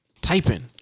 Typing